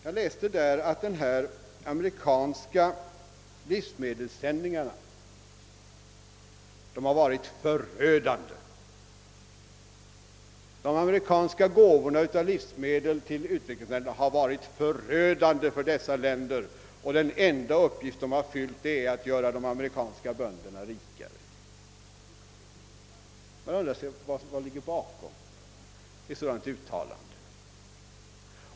Det hette i artikeln att de amerikanska livsmedelssändningarna till utvecklingsländerna varit förödande för dessa länder och att den enda uppgift som gåvosändningarna fyllt varit att göra de amerikanska bönderna rikare. Jag undrar vad som ligger bakom ett sådant uttalande.